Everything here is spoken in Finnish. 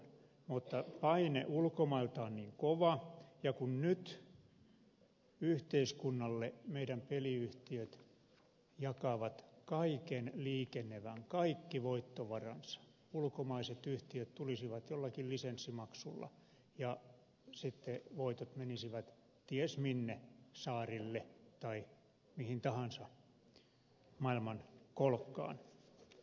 mutta paine ulkomailta on kova ja kun nyt meidän peliyhtiömme jakavat kaiken liikenevän kaikki voittovaransa yhteiskunnalle ulkomaiset yhtiöt tulisivat jollakin lisenssimaksulla ja sitten voitot menisivät ties minne saarille tai mihin tahansa maailmankolkkaan